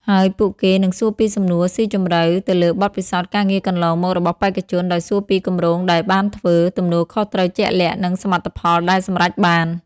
ហើយពួកគេនឹងសួរពីសំណួរសុីជម្រៅទៅលើបទពិសោធន៍ការងារកន្លងមករបស់បេក្ខជន ដោយសួរពីគម្រោងដែលបានធ្វើ ទំនួលខុសត្រូវជាក់លាក់ និងសមិទ្ធផលដែលសម្រេចបាន។